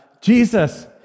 Jesus